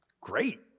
Great